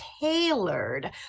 tailored